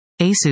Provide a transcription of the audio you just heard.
Asus